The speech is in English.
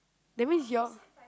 that means you all